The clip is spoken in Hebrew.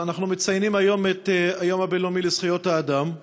אנחנו מציינים היום את היום הבין-לאומי לזכויות האדם,